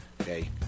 Okay